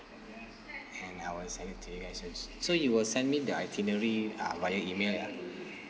and I'll send it to you guys soon so you will send me the itinerary uh via email ya